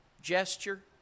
gesture